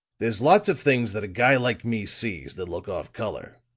there's lots of things that a guy like me sees that look off color,